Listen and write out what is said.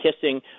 kissing